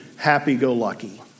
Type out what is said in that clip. Happy-go-lucky